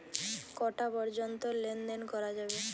কটা পর্যন্ত লেন দেন করা যাবে?